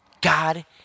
God